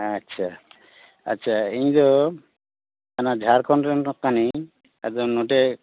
ᱟᱪᱪᱷᱟ ᱟᱪᱪᱷᱟ ᱤᱧ ᱫᱚ ᱚᱱᱟ ᱡᱷᱟᱲᱠᱷᱚᱸᱰ ᱨᱮᱱ ᱠᱟᱹᱱᱟᱧ ᱟᱫᱚ ᱱᱚᱸᱰᱮ